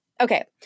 okay